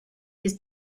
his